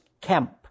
camp